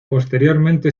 posteriormente